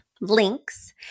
links